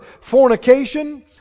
fornication